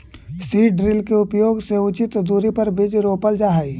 seed drill के उपयोग से उचित दूरी पर बीज रोपल जा हई